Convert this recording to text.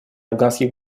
афганских